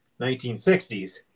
1960s